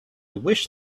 wish